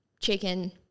chicken